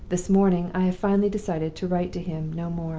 this morning i have finally decided to write to him no more.